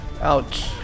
Ouch